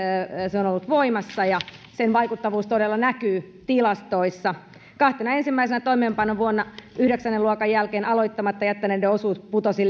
on ollut voimassa ja sen vaikuttavuus todella näkyy tilastoissa kahtena ensimmäisenä toimeenpanovuonna yhdeksännen luokan jälkeen aloittamatta jättäneiden osuus putosi